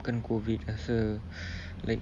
kan COVID rasa like